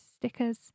stickers